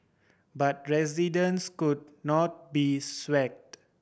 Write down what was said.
but residents could not be swayed